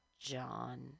John